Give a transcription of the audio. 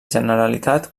generalitat